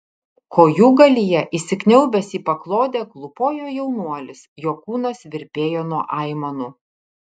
kojūgalyje įsikniaubęs į paklodę klūpojo jaunuolis jo kūnas virpėjo nuo aimanų